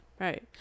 Right